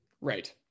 Right